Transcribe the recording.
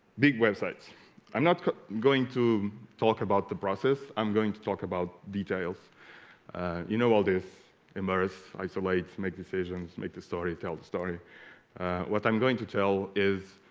big websites i'm not going to talk about the process i'm going to talk about details you know all this immerse isolates make decisions make the story tell the story what i'm going to tell is